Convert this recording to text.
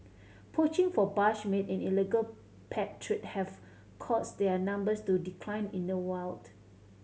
poaching for bush meat and illegal pet trade have caused their numbers to decline in the wild